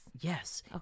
Yes